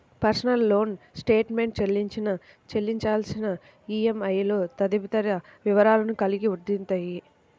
personal loan statement చెల్లించిన, చెల్లించాల్సిన ఈఎంఐలు తదితర వివరాలను కలిగి ఉండిద్ది